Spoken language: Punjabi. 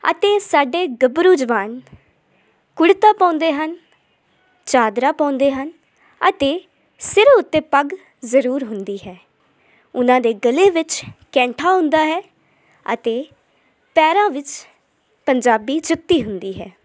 ਅਤੇ ਸਾਡੇ ਗੱਭਰੂ ਜਵਾਨ ਕੁੜਤਾ ਪਾਉਂਦੇ ਹਨ ਚਾਦਰਾ ਪਾਉਂਦੇ ਹਨ ਅਤੇ ਸਿਰ ਉੱਤੇ ਪੱਗ ਜ਼ਰੂਰ ਹੁੰਦੀ ਹੈ ਉਹਨਾਂ ਦੇ ਗਲ਼ੇ ਵਿੱਚ ਕੈਂਠਾ ਹੁੰਦਾ ਹੈ ਅਤੇ ਪੈਰਾਂ ਵਿੱਚ ਪੰਜਾਬੀ ਜੁੱਤੀ ਹੁੰਦੀ ਹੈ